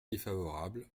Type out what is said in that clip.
défavorable